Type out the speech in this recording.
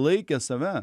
laikė save